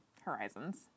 Horizons